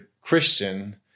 Christian